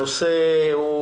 על סדר-היום: